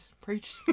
Preach